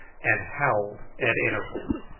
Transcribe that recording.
and howled at intervals.